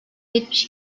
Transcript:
yetmiş